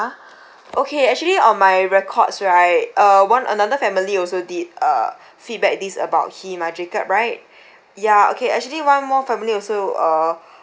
okay actually on my records right uh one another family also did uh feedback these about him ah jacob right ya okay actually one more family also uh